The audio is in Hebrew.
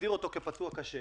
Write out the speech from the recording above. להגדיר אותו פצוע קשה